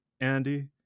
Andy